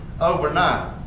overnight